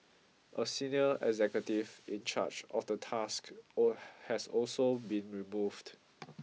a senior executive in charge of the task all has also been removed